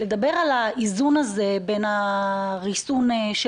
ולדבר על האיזון הזה בין הריסון של